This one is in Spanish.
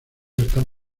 están